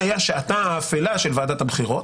בלי לחשוש שהאנונימיות שלו תיפגע.